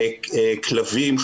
כלבים,